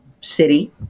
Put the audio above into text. city